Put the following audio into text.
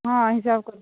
ହଁ ହିସାବ କରି